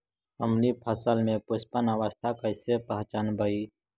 हमनी फसल में पुष्पन अवस्था कईसे पहचनबई?